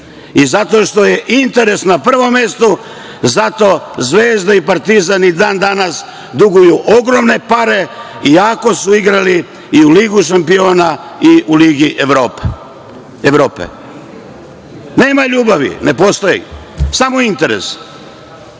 I zato što je interes na prvom mestu zato "Zvezda" i "Partizan" i dan danas duguju ogromne pare, iako su igrali za Ligu šampiona i Ligi Evrope. Nema ljubavi, ne postoji, samo interes.